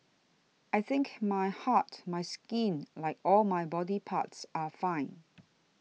I think my heart my skin like all my body parts are fine